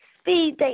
Speed